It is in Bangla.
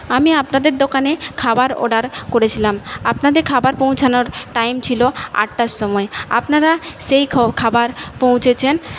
আমি আপনাদের দোকানে খাবার অর্ডার করেছিলাম আপনাদের খাবার পৌঁছানোর টাইম ছিল আটটার সময় আপনারা সেই খা খাবার পৌঁছেছেন